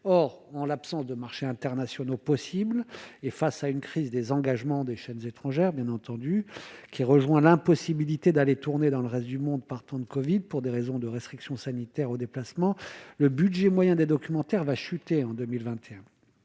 or, en l'absence de marchés internationaux possible et face à une crise des engagements des chaînes étrangères, bien entendu, qui rejoint l'impossibilité d'aller tourner dans le reste du monde, par temps de Covid pour des raisons de restrictions sanitaires au déplacement, le budget moyen des documentaires va chuter en 2021